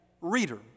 reader